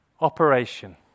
operation